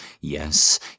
yes